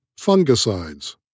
Fungicides